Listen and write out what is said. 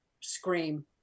scream